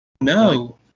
no